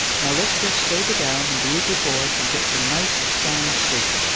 now let's just sober down and be a good boy and get some nice sound sleep.